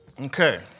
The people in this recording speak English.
Okay